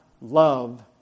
love